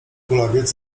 kulawiec